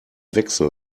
wechsel